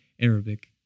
Arabic